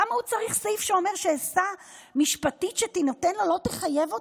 למה הוא צריך סעיף שאומר שעצה משפטית שתינתן לו לא תחייב אותו?